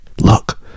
look